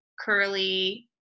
curly